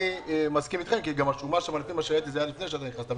אני מסכים איתכם כי גם השומה שם לפי מה שראיתי זה לפני שאתה נכנסת,